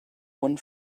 one